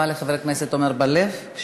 תודה רבה לחבר הכנסת עמר בר-לב.